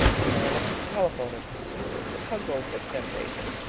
and then i looked at the telephone and struggled with temptation.